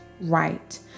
right